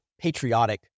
patriotic